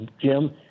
Jim